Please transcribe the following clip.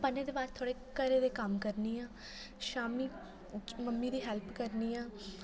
पढ़ने दे बाद थोह्ड़ा घरै दे क'म्म करनी आं शामीं मम्मी दी हेल्प करनी आं